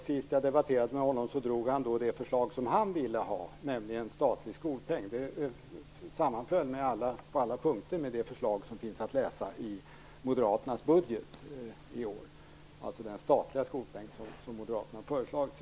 Senast jag debatterade med honom tog han upp det förslag som han vill ha, nämligen en statlig skolpeng. Det sammanföll på alla punkter med det förslag som finns att läsa i Moderaternas budget i år, alltså den statliga skolpeng som Moderaterna har föreslagit.